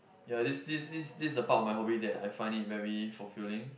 ya this this this is a part of my hobby that I find it very fulfilling